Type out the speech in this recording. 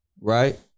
right